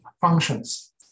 functions